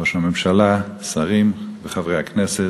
ראש הממשלה, שרים וחברי הכנסת,